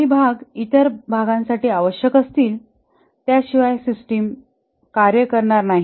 काही भाग इतर भागांसाठी आवश्यक असतील त्याशिवाय सिस्टम कार्य करणार नाही